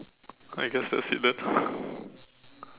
I guess that's it then